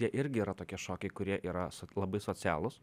jie irgi yra tokie šokiai kurie yra labai socialūs